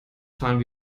fahren